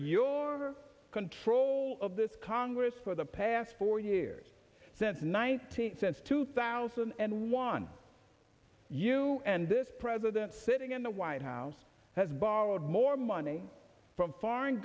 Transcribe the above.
your control of this congress for the past four years since nineteen cents two thousand and one you and this president sitting in the white house has borrowed more money from foreign